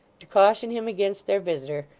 to caution him against their visitor,